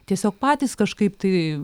tiesiog patys kažkaip tai